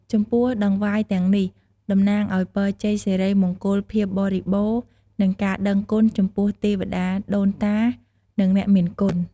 ចំពោះតង្វាយទាំងនេះ តំណាងឱ្យពរជ័យសិរីមង្គលភាពបរិបូរណ៍និងការដឹងគុណចំពោះទេវតាដូនតានិងអ្នកមានគុណ។